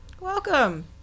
welcome